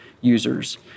Users